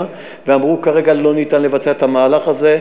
ואמרו שכרגע לא ניתן לבצע את המהלך הזה.